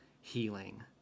healing